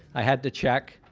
i had to check.